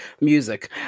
music